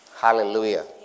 hallelujah